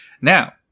Now